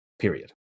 period